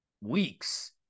weeks